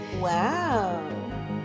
Wow